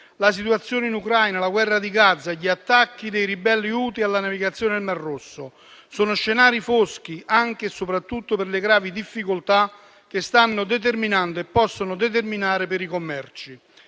la situazione in Ucraina, la guerra di Gaza e gli attacchi dei ribelli Houthi alla navigazione nel mar Rosso. Sono scenari foschi anche e soprattutto per le gravi difficoltà che stanno determinando e possono determinare per i commerci.